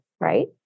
right